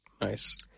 nice